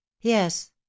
Yes